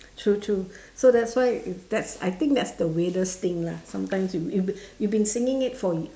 true true so that's why that's I think that's the weirdest thing lah sometimes you you you've been singing it for